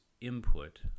input